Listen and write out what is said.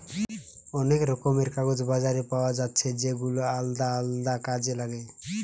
অনেক রকমের কাগজ বাজারে পায়া যাচ্ছে যেগুলা আলদা আলদা কাজে লাগে